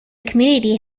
community